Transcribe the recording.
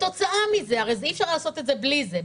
כתוצאה מזה הרי אי אפשר לעשות את זה בלי זה.